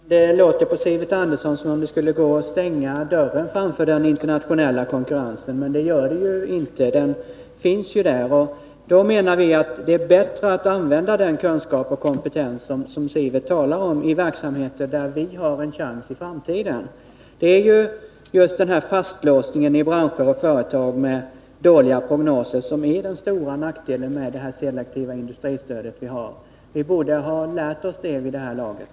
Herr talman! Det låter på Sivert Andersson som om det skulle gå att stänga dörren för den internationella konkurrensen, men det gör det ju inte. Den finns där, och då menar vi att det är bättre att använda den kunskap och kompetens som Sivert Andersson talar om i verksamheter, där vårt land har en chansi framtiden. Det är just den här fastlåsningen i branscher och företag med dåliga prognoser som är den stora nackdelen när det gäller det selektiva industristödet. Man borde ha lärt sig det vid det här laget.